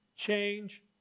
Change